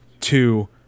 two